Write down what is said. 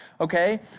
okay